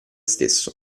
stesso